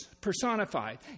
personified